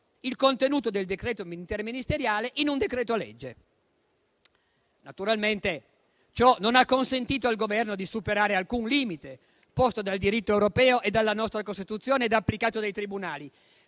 il contenuto del decreto interministeriale in un decreto-legge. Naturalmente ciò non ha consentito al Governo di superare alcun limite posto dal diritto europeo e dalla nostra Costituzione ed applicato dai tribunali,